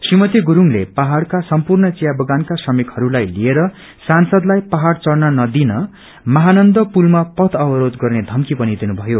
श्रीमती गुरूङले पहाड़का सम्पूर्ण चिया बगानका श्रमिकहरूलाई लिएर सांसदलाई पहाड़ चढ़न नदिन महानन्दा पूलमा पथ अवरोध गर्ने धमकी पनि दिनुभयो